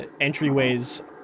entryways